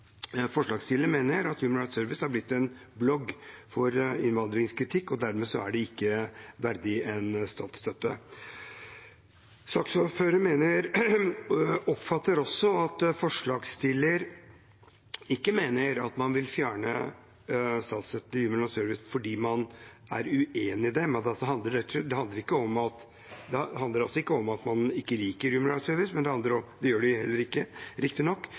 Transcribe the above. mener at Human Rights Service har blitt en blogg for innvandringskritikk, og dermed er de ikke verdig en statsstøtte. Saksordfører oppfatter også at forslagsstiller ikke mener at man vil fjerne statsstøtten til Human Rights Service fordi man er uenige med dem. Det handler altså ikke om at man ikke liker Human Rights Service – det gjør de heller ikke, riktignok – men det formelle er at man mener det er noen kriterier som Human Rights Service